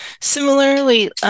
Similarly